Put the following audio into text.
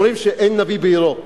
אומרים: אין נביא בעירו,